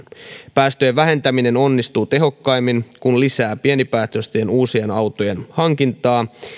päästöjen vähentäminen onnistuu tehokkaimmin kun lisätään pienipäästöisten uusien autojen hankintaa